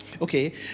Okay